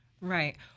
Right